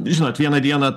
žinot vieną dieną